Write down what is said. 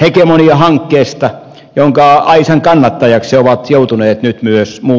hegemoniahankkeesta jonka aisankannattajiksi ovat joutuneet nyt myös muut hallituspuolueet